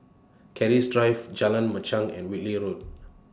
Keris Drive Jalan Machang and Whitley Road